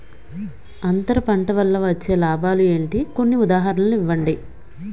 అంతర పంట వల్ల వచ్చే లాభాలు ఏంటి? కొన్ని ఉదాహరణలు ఇవ్వండి?